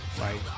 Right